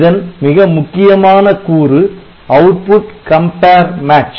இதன் மிக முக்கியமான கூறு அவுட்புட் கம்பேர் மேட்ச்